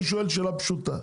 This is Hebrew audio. אני שואל שאלה פשוטה.